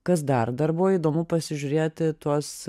kas dar dar buvo įdomu pasižiūrėti tuos